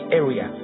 area